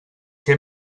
què